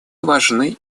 важны